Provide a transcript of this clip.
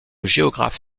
géographe